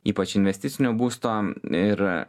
ypač investicinio būsto ir